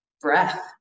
breath